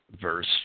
verse